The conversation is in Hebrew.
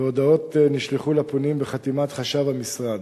והודעות נשלחו לפונים בחתימת חשב המשרד.